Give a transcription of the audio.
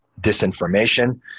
disinformation